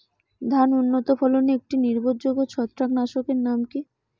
ধান উন্নত ফলনে একটি নির্ভরযোগ্য ছত্রাকনাশক এর নাম কি?